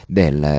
del